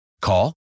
Call